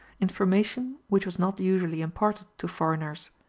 information which was not usually imparted to foreigners.